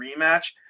rematch